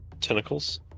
tentacles